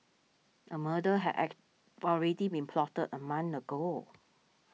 a murder had already been plotted a month ago